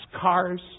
cars